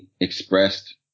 expressed